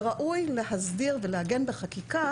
וראוי להסדיר ולעגן בחקיקה